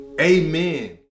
amen